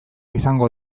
izango